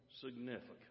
significant